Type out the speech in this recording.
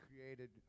created